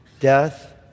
death